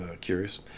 curious